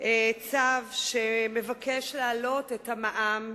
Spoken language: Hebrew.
צו שמבקש להעלות את המע"מ.